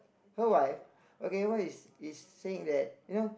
her wife okay what he's it's saying that you know